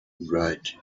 ride